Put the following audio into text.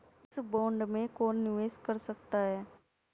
इस बॉन्ड में कौन निवेश कर सकता है?